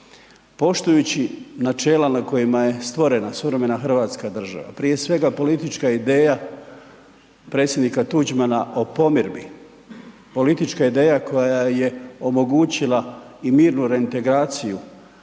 poštujući načela na kojima je stvorena suvremena hrvatska država, prije svega, politička ideja predsjednika Tuđmana o pomirbi, politička ideja koja je omogućila i mirnu reintegraciju